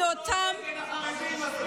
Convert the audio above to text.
לימדתי אותן, מה זה קשור?